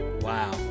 Wow